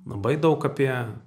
labai daug apie